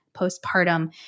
postpartum